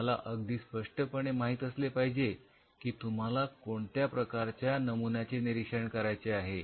तुम्हाला अगदी स्पष्टपणे माहीत असले पाहिजे कि तुम्हाला कोणत्या प्रकारच्या नमुन्याचे निरीक्षण करायचे आहे